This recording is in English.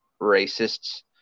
racists